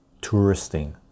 touristing